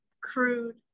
crude